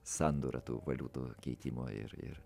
sandūra tų valiutų keitimo ir ir